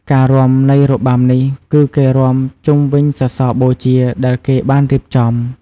ការរាំនៃរបាំនេះគឺគេរាំជុំវិញសសរបូជាដែលគេបានរៀបចំ។